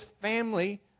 family